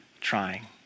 trying